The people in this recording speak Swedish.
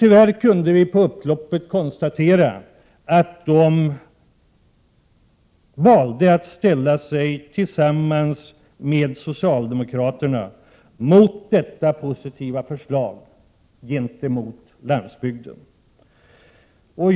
Tyvärr kunde vi på upploppet konstatera att de valde att sälla sig till socialdemokraterna mot detta positiva förslag för landsbygden.